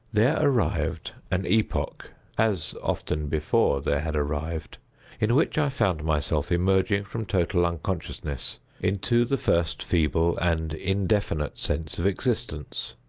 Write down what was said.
there arrived an epoch as often before there had arrived in which i found myself emerging from total unconsciousness into the first feeble and indefinite sense of existence.